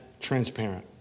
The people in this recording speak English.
transparent